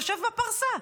יושב בפרסה?